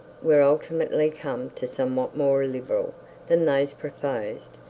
were ultimately come to, somewhat more liberal than those proposed,